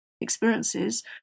experiences